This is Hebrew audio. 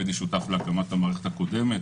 הייתי שותף להקמת המערכת הקודמת.